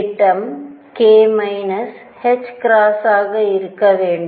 திட்டம் k ℏ ஆக இருக்க வேண்டும்